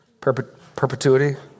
Perpetuity